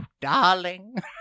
darling